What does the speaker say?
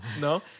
No